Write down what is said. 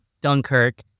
dunkirk